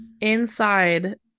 inside